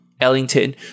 Ellington